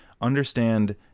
understand